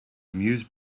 amuse